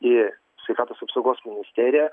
į sveikatos apsaugos ministeriją